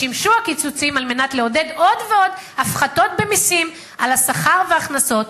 שימשו הקיצוצים על מנת לעודד עוד ועוד הפחתות במסים על השכר וההכנסות,